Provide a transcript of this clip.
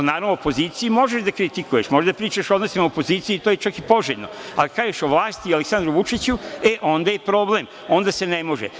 Naravno, opoziciju možeš da kritikuješ, možeš da pričaš o odnosima opozicije, i to je čak i poželjno, a ako kažeš o vlasti i Aleksandru Vučiću, e onda je problem, onda se ne može.